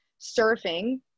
surfing